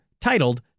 titled